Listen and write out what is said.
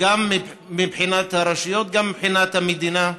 גם מבחינת הרשויות, גם מבחינת המדינה,